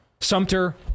Sumter